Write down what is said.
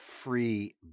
Free